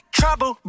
trouble